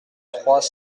trois